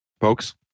Folks